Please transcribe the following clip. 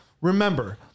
remember –